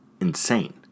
insane